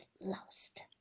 lost